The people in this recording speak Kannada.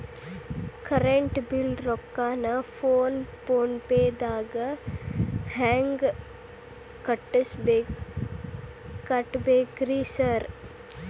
ಕರೆಂಟ್ ಬಿಲ್ ರೊಕ್ಕಾನ ಫೋನ್ ಪೇದಾಗ ಹೆಂಗ್ ಕಟ್ಟಬೇಕ್ರಿ ಸರ್?